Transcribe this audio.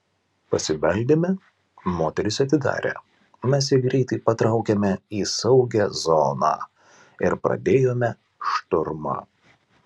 pasibeldėme moteris atidarė mes ją greitai patraukėme į saugią zoną ir pradėjome šturmą